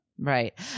Right